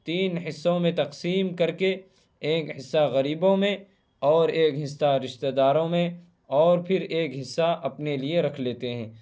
تین حصوں میں تقسیم کر کے ایک حصہ غریبوں میں اور ایک حصہ رشتہ داروں میں اور پھر ایک حصہ اپنے لیے رکھ لیتے ہیں